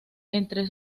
entre